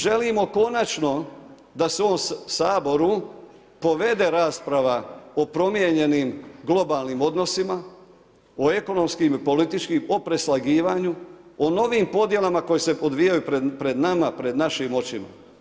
Želimo konačno da se u ovom Saboru povede rasprava o promijenjenim globalnim odnosima, o ekonomskim i političkom, o preslagivanju, o novim podjelama koje se odvijaju pred nama, pred našim očima.